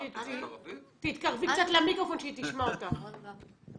(מדברת בערבית) (מתרגמת את דברי כפיה אלנבארי)